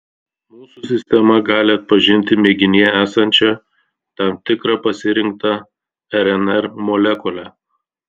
mūsų sistema gali atpažinti mėginyje esančią tam tikrą pasirinktą rnr molekulę